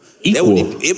Equal